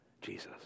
Jesus